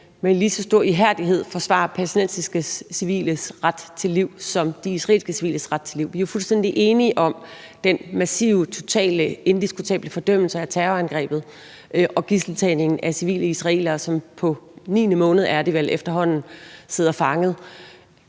med lige så stor ihærdighed forsvarer palæstinensiske civiles ret til liv som de israelske civiles ret til liv? Vi er jo fuldstændig enige om den massive, totale og indiskutable fordømmelse af terrorangrebet og gidseltagningen af civile israelere, som vel efterhånden på niende måned sidder fanget.